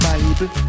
Bible